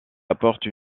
apporte